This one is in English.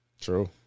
true